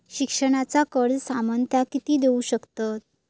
शिक्षणाचा कर्ज सामन्यता किती देऊ शकतत?